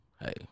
hey